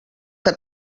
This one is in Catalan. que